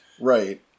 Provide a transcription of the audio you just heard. Right